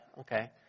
okay